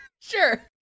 Sure